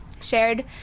shared